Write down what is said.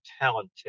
talented